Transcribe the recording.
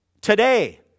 Today